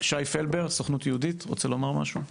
שי פלבר, הסוכנות היהודית, רוצה לומר משהו?